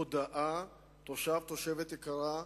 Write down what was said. הודעה: תושב/תושבת יקרים,